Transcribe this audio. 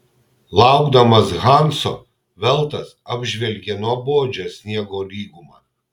laukdamas hanso veltas apžvelgė nuobodžią sniego lygumą